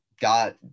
got